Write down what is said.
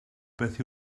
beth